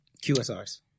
QSRs